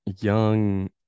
young